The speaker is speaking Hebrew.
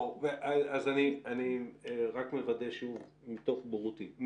אני שוב מוודא מתוך בורותי.